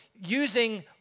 using